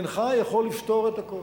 אינך יכול לפתור את הכול.